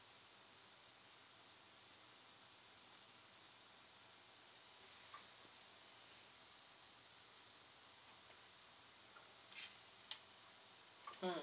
mm